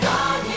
God